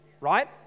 right